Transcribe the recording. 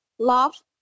love